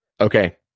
Okay